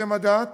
בשם הדת